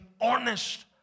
honest